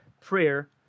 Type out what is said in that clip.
prayer